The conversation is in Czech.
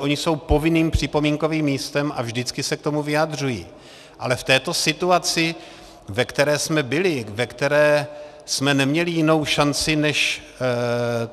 Oni jsou povinným připomínkovým místem a vždycky se k tomu vyjadřují, ale v této situaci, ve které jsme byli, ve které jsme neměli jinou šanci, než